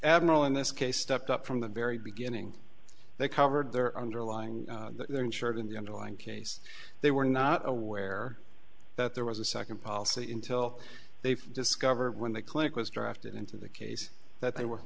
admiral in this case stepped up from the very beginning they covered their underlying that they're insured in the underlying case they were not aware that there was a second policy intil they've discovered when the clinic was drafted into the case that they were